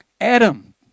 Adam